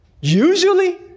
Usually